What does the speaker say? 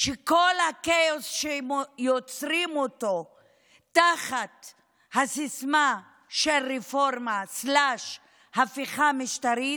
שכל הכאוס שיוצרים תחת הסיסמה של רפורמה/הפיכה משטרית,